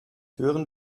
hören